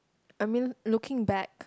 I mean looking back